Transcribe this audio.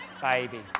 baby